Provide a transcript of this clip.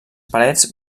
parets